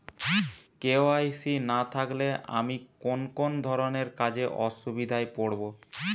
KYC না থাকলে আমি কোন কোন ধরনের কাজে অসুবিধায় পড়ব?